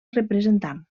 representant